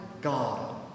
God